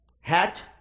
hat